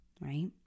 right